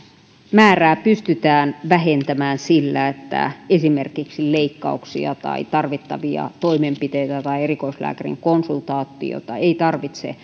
määrää pystytään vähentämään sillä että esimerkiksi leikkauksia tai tarvittavia toimenpiteitä tai erikoislääkärin konsultaatiota ei tarvitse